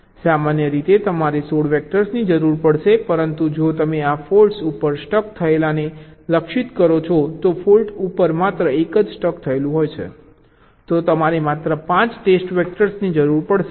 સામાન્ય રીતે તમારે 16 વેક્ટર્સની જરૂર પડશે પરંતુ જો તમે આ ફોલ્ટ્ ઉપર સ્ટક થયેલાને લક્ષિત કરો છો તો ફોલ્ટ્ ઉપર માત્ર એક જ સ્ટક થયેલું છે તો તમારે માત્ર 5 ટેસ્ટ વેક્ટર્સની જરૂર પડશે